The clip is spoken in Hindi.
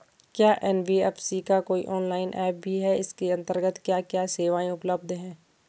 क्या एन.बी.एफ.सी का कोई ऑनलाइन ऐप भी है इसके अन्तर्गत क्या क्या सेवाएँ उपलब्ध हैं?